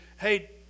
hey